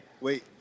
Wait